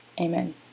Amen